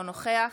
אינו נוכח